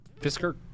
Fisker